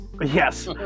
Yes